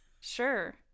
Sure